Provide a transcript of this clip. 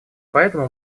поэтому